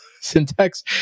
Syntax